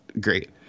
great